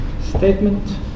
statement